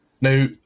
now